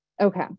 Okay